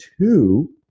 two